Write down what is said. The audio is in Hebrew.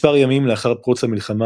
מספר ימים לאחר פרוץ המלחמה,